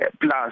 plus